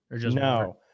No